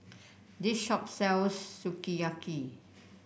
this shop sells Sukiyaki